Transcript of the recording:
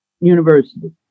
university